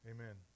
Amen